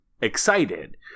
excited